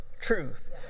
truth